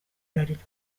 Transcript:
bralirwa